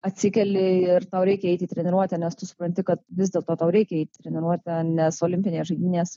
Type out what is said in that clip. atsikeli ir tau reikia eit į treniruotę nes tu supranti kad vis dėlto tau reikia į treniruotę nes olimpinės žaidynės